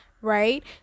right